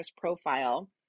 profile